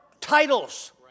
titles